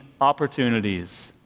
opportunities